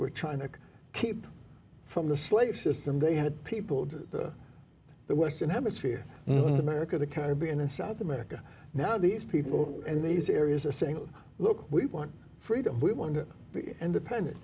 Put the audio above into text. were trying to keep from the slave system they had peopled the western hemisphere america the caribbean and south america now these people and these areas are saying look we want freedom we want to be independent